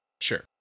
Sure